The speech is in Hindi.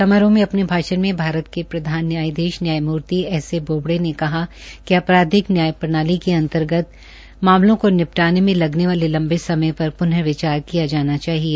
समारोह में अपने भाषण में भारत के प्रधान न्यायाधीश न्यायमुर्ति एस ए बोबडे ने कहा कि आपराधिक न्याय प्रणाली के अंतर्गत मामलों को निपटाने में लगने वाले समय प्र्नविचार किया जाना चाहिए